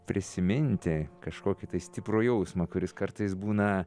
prisiminti kažkokį stiprų jausmą kuris kartais būna